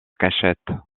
cachette